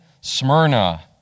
Smyrna